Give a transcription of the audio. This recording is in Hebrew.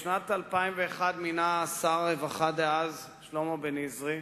בשנת 2001 מינה שר הרווחה דאז, שלמה בניזרי,